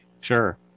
Sure